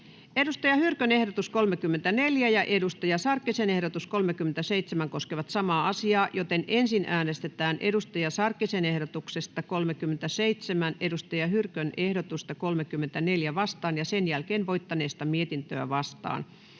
Saara Hyrkön ehdotus 2 ja Hanna Sarkkisen ehdotus 3 koskevat samaa asiaa, joten ensin äänestetään Hanna Sarkkisen ehdotuksesta 3 Saara Hyrkön ehdotusta 2 vastaan ja sen jälkeen voittaneesta mietintöä vastaan.